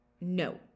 No